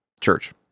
church